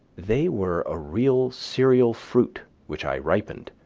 they were a real cereal fruit which i ripened,